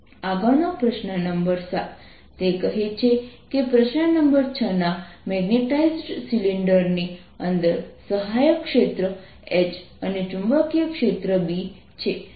આગળનો પ્રશ્ન નંબર 7 તે કહે છે કે પ્રશ્ન નંબર 6 ના મેગ્નેટાઇઝ્ડ સિલિન્ડરની અંદર સહાયક ક્ષેત્ર H અને ચુંબકીય ક્ષેત્ર B છે